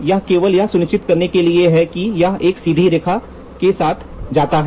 यह केवल यह सुनिश्चित करने के लिए है कि यह एक सीधी रेखा के साथ जाता है